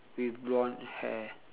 with blonde hair